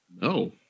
No